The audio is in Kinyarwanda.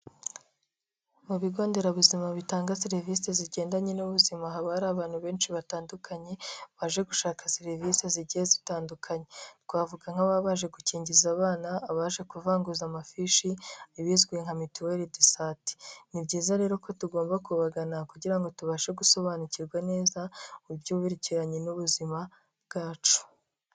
Mu bigo nderabuzima bitanga serivisi zigendanye n'ubuzima haba hari abantu benshi batandukanye baje gushaka serivisi zigiye zitandukanye, twavuga nk'ababa baje gukingiza abana, abaje kuvanguza amafishi ibizwi nka mituwere de sante, ni byiza rero ko tugomba kubagana kugira ngo tubashe gusobanukirwa neza uburyo bwerekeranye n'ubuzima bwacu.